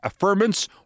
affirmance